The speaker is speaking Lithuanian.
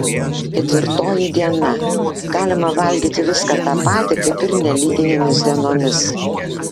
ketvirtoji diena galima valgyti viską tą patį kaip ir nelyginėmis dienomis